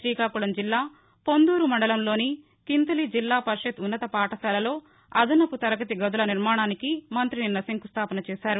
శీకాకుళం జిల్లా పొందూరు మండలంలోని కింతలి జిల్లా పరిషత్తు ఉన్నత పాఠశాలలో అదనపు తరగతి గదుల నిర్మాణానికి మంత్రి నిన్న శంకుస్టాపన చేశారు